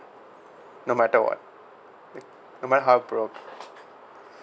no matter what like no matter how broke